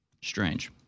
Strange